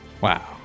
Wow